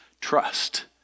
Trust